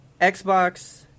xbox